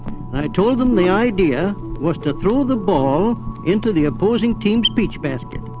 i told them the idea was to throw the ball into the opposing team's peach basket.